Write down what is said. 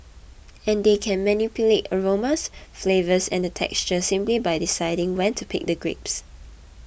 and they can manipulate aromas flavours and textures simply by deciding when to pick the grapes